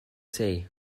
say